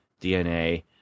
DNA